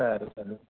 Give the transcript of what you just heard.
સારું સારું